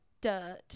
dirt